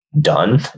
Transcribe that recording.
done